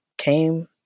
Came